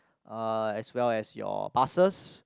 uh as well as your busses